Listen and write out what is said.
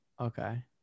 Okay